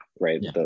right